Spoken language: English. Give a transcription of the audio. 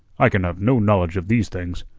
i can have no knowledge of these things.